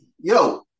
yo